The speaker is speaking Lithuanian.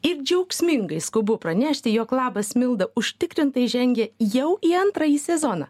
ir džiaugsmingai skubu pranešti jog labas milda užtikrintai žengia jau į antrąjį sezoną